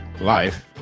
Life